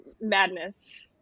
madness